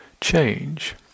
change